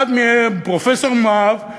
אחד מהם פרופסור מואב,